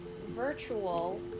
virtual